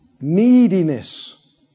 neediness